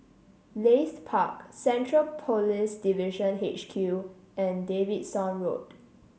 Leith Park Central Police Division H Q and Davidson Road